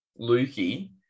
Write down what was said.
Lukey